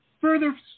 Further